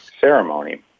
ceremony